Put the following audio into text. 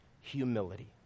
humility